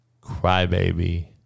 crybaby